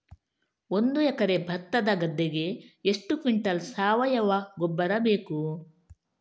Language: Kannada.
ಒಂದು ಎಕರೆ ಭತ್ತದ ಗದ್ದೆಗೆ ಎಷ್ಟು ಕ್ವಿಂಟಲ್ ಸಾವಯವ ಗೊಬ್ಬರ ಬೇಕು?